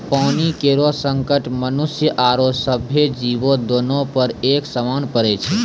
पानी केरो संकट मनुष्य आरो सभ्भे जीवो, दोनों पर एक समान पड़ै छै?